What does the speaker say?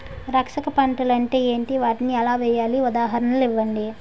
రక్షక పంటలు అంటే ఏంటి? వాటిని ఎలా వేయాలి? ఉదాహరణలు ఇవ్వండి?